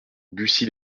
bucy